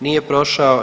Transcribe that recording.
Nije prošao.